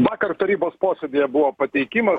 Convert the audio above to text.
vakar tarybos posėdyje buvo pateikimas